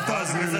אל תעזרי לי.